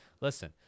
Listen